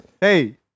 Hey